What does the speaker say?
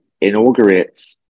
inaugurates